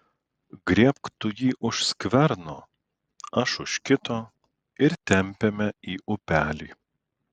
griebk tu jį už skverno aš už kito ir tempiame į upelį